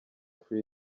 free